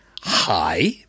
hi